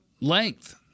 length